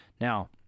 Now